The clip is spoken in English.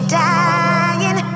dying